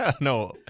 No